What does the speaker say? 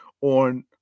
on